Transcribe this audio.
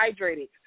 hydrated